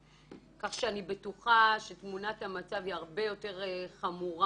כך שאני בטוחה שתמונת המצב היא הרבה יותר חמורה,